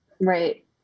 right